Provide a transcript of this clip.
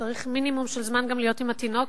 צריך מינימום של זמן גם להיות עם התינוק,